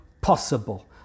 possible